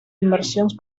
inversions